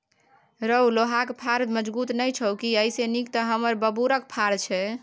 रौ लोहाक फार मजगुत नै छौ की एइसे नीक तँ हमर बबुरक फार छै